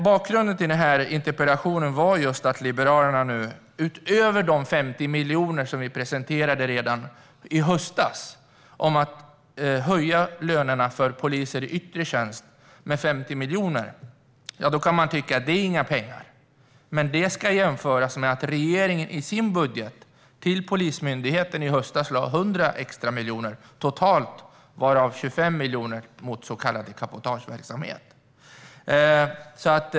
Bakgrunden till den här interpellationen var att Liberalerna nu gör en ytterligare satsning utöver de 50 miljoner som vi presenterade redan i höstas för att höja lönerna för poliser i yttre tjänst. Man kan tycka att 50 miljoner inte är några pengar, men det ska jämföras med att regeringen i sin budget till Polismyndigheten i höstas lade 100 extra miljoner totalt, varav 25 miljoner till arbetet mot så kallad cabotageverksamhet.